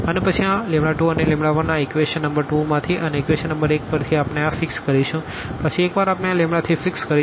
અને પછી આ 2 અને 1આ ઇક્વેશન નંબર 2 માંથી અને ઇક્વેશન નંબર 1 પરથી આપણે આ 2 ફિક્સ કરીશું પછી એક વાર આપણે આ 3 ફિક્સ કરીશું